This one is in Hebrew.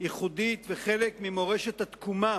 ייחודית וחלק ממורשת התקומה